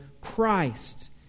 Christ